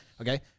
okay